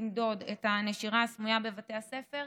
למדוד את הנשירה הסמויה בבתי הספר.